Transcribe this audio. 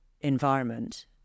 environment